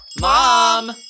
Mom